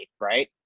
right